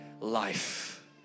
life